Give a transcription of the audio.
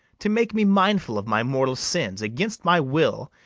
to make me mindful of my mortal sins, against my will,